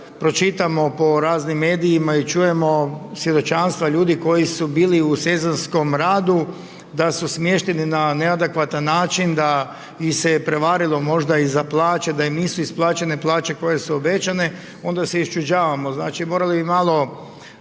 pročitamo po raznim medijima i čujemo svjedočanstva ljudi koji su bili u sezonskom radu da su smješteni na neadekvatan način, da ih se prevarilo možda i za plaće, da im nisu isplaćene plaće koje su obećane, onda se iščuđavamo, znači, morali bi malo